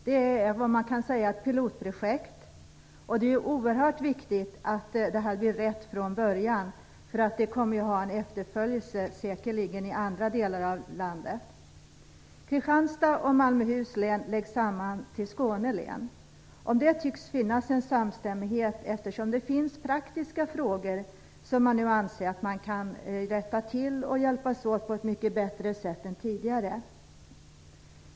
Det kan sägas vara ett pilotprojekt, och det är oerhört viktigt att detta blir rätt från början, då det säkerligen kommer att ha en efterföljelse i andra delar av landet. Kristianstads län och Malmöhus län läggs samman till Skåne län. Om detta tycks det finnas en samstämmighet, eftersom det finns praktiska frågor som man nu anser att man kan hjälpas åt med på ett mycket bättre sätt än tidigare.